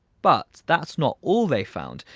but that's not all they found.